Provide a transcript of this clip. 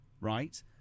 right